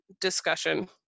discussion